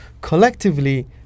collectively